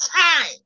time